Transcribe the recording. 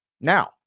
Now